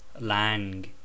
Lang